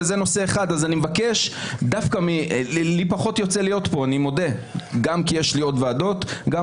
אני מודה שלי פחות יוצא להיות כאן גם כי יש לי עוד ועדות וגם